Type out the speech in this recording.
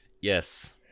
Yes